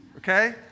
Okay